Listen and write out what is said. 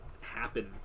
happen